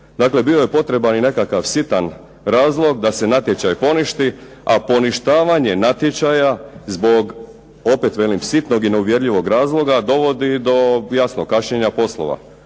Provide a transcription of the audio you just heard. Dakle, bio je potreban i nekakav sitan razlog da se natječaj poništi, a poništavanje natječaja zbog opet velim sitnog i neuvjerljivog razloga dovodi do jasno kašnjenja poslova,